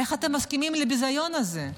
איך אתם מסכימים לביזיון הזה?